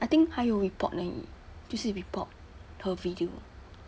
I think 还有 report 而已就是 report 和 video